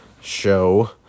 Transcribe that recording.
show